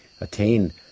attain